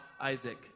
Isaac